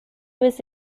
was